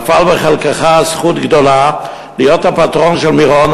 נפלה בחלקך זכות גדולה להיות הפטרון של מירון.